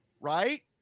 right